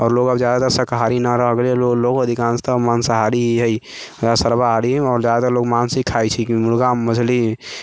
आओर आब लोग जादातर शाकाहारी नहि रहि गेलै लोग अधिकांशतः माँसाहारी हय या सर्वाहारी आओर जादातर लोग माँस ही खाइ छै मुर्गा मछली